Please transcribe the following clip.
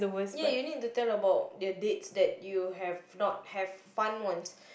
ya you need to tell about the dates that you have not have fun once